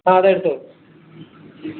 ആ അതെടുത്തോളൂ